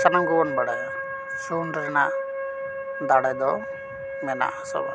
ᱥᱟᱱᱟᱢ ᱜᱮᱵᱚᱱ ᱵᱟᱰᱟᱭᱟ ᱥᱩᱱ ᱨᱮᱱᱟᱜ ᱫᱟᱲᱮ ᱫᱚ ᱢᱮᱱᱟᱜᱼᱟ ᱥᱮ ᱵᱟᱝ